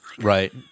Right